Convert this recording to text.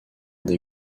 des